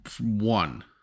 one